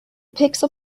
pixel